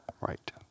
Right